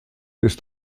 ist